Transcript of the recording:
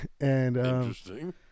Interesting